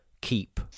keep